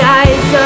eyes